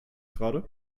gerade